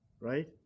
right